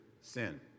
sin